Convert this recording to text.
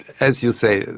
as you say,